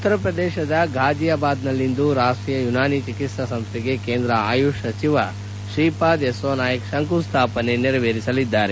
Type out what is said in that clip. ಉತ್ತರ ಪ್ರದೇಶದ ಫಾಜಿಯಾಬಾದ್ ನಲ್ಲಿಂದು ರಾಷ್ಷೀಯ ಯುನಾನಿ ಚಿಕಿಸ್ತಾ ಸಂಸ್ಟೆಗೆ ಕೇಂದ್ರ ಆಯುಷ್ ಸಚಿವ ಶ್ರೀಪಾದ್ ಯೆಸ್ನೊ ನಾಯಕ್ ಶಂಕು ಸ್ನಾಪನೆ ನೆರವೇರಿಸಲಿದ್ದಾರೆ